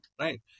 Right